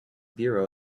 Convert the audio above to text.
biro